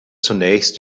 zunächst